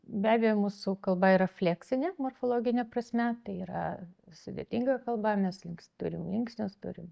be abejo mūsų kalba yra fleksinė morfologine prasme tai yra sudėtinga kalba mes links turim linksnius turim